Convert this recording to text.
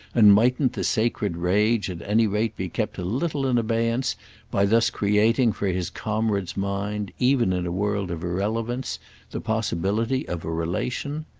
and mightn't the sacred rage at any rate be kept a little in abeyance by thus creating for his comrade's mind even in a world of irrelevance the possibility of a relation?